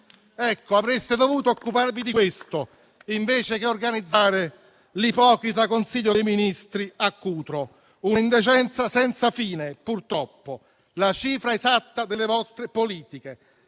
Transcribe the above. Avreste dovuto occuparvi di questo, invece di organizzare l'ipocrita Consiglio dei ministri a Cutro: un'indecenza senza fine, purtroppo; la cifra esatta delle vostre politiche,